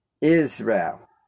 Israel